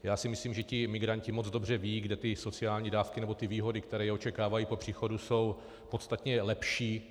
Já si myslím, že ti migranti moc dobře vědí, kde ty sociální dávky nebo ty výhody, které je očekávají po příchodu, jsou podstatně lepší.